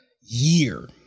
year